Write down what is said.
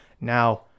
Now